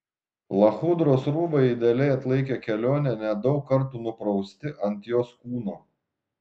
lachudros rūbai idealiai atlaikė kelionę net daug kartų nuprausti ant jos kūno